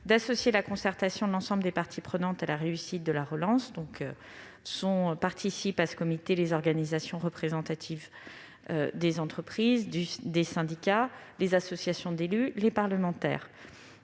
associer en concertation l'ensemble des parties prenantes à la réussite de la relance- participent à ce comité les organisations représentatives des entreprises et des salariés, les associations d'élus, les parlementaires